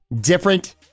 different